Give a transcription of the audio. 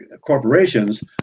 corporations